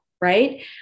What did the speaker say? right